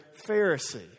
Pharisee